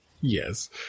Yes